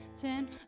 ten